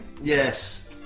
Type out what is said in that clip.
Yes